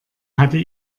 hatte